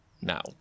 now